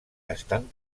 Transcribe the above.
estan